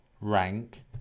rank